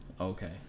okay